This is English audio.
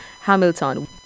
Hamilton